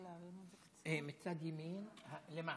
הלילה הזה הוא ליל עשרה בטבת,